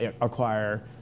acquire